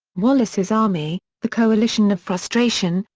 wallace's army the coalition of frustration,